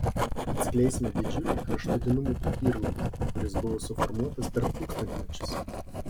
atskleisime didžiulį kraštutinumų tyrlaukį kuris buvo suformuotas per tūkstantmečius